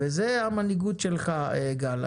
זו המנהיגות שלך, גל.